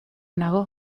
nago